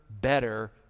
better